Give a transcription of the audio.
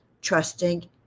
trusting